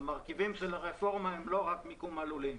המרכיבים של הרפורמה הם לא רק מיקום הלולים.